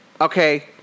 okay